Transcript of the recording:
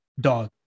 dog